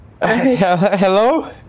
hello